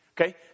Okay